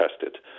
tested